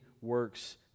works